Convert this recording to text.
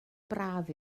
braf